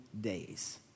days